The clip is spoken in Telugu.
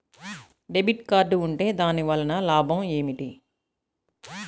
డెబిట్ కార్డ్ ఉంటే దాని వలన లాభం ఏమిటీ?